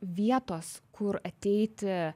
vietos kur ateiti